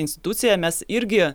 institucija mes irgi